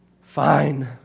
fine